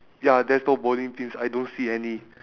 ya there's no bowling pins I don't see any